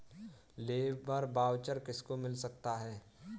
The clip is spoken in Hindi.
लेबर वाउचर किसको मिल सकता है?